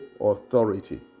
authority